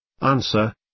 Answer